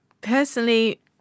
personally